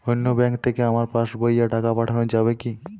অন্য ব্যাঙ্ক থেকে আমার পাশবইয়ে টাকা পাঠানো যাবে কি?